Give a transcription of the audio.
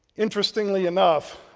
interestingly enough,